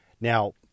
Now